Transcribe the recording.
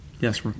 Yes